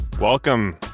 welcome